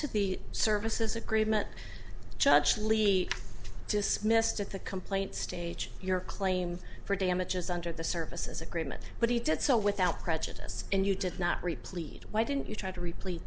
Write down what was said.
to the services agreement judge lee dismissed at the complaint stage your claim for damages under the services agreement but he did so without prejudice and you did not repleat why didn't you try to replace